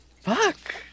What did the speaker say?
fuck